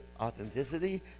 authenticity